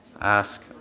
Ask